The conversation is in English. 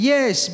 Yes